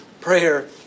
prayer